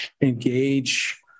engage